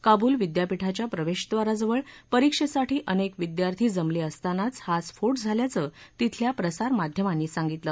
काबूल विद्यापीठाच्या प्रवेशद्वाराजवळ परिक्षेसाठी अनेक विद्यार्थी जमले असतानाच हा स्फोट झाल्याचं तिथल्या प्रसारमाध्यमांनी सांगितलं